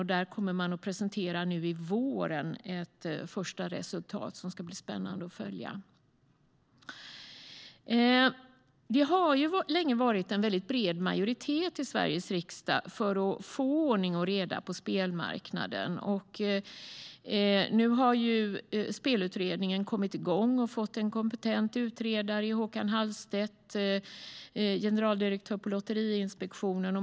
I vår kommer man att presentera ett första resultat som ska bli spännande att ta del av. Det har länge funnits en väldigt bred majoritet i Sveriges riksdag för att få ordning och reda på spelmarknaden. Nu har Spelutredningen kommit igång och fått en kompetent utredare i Håkan Hallstedt, generaldirektör på Lotteriinspektionen.